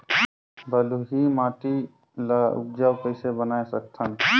बलुही माटी ल उपजाऊ कइसे बनाय सकत हन?